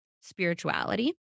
spirituality